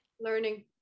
Learning